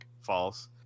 false